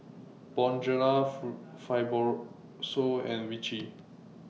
Bonjela Fibrosol and Vichy